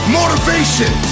motivation